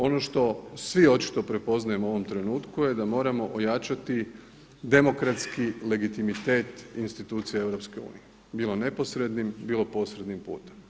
Ono što svi očito prepoznajemo u ovom trenutku je da moramo ojačati demokratski legitimitet institucija EU bilo neposrednim, bilo posrednim putem.